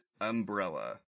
umbrella